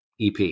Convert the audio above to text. EP